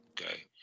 Okay